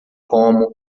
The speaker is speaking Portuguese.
como